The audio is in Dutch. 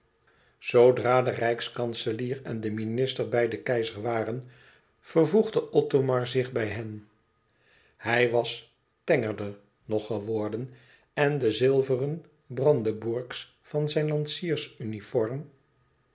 zoodra de rijkskanselier en de minister bij den keizer waren vervoegde othomar zich bij hen hij was tengerder nog geworden en de zilveren brandebourgs van zijn lanciersuniform